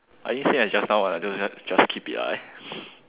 I think same as just now one so so we just keep it lah